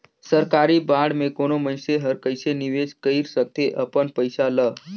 सरकारी बांड में कोनो मइनसे हर कइसे निवेश कइर सकथे अपन पइसा ल